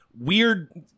weird